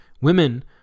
women